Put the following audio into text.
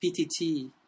PTT